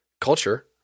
culture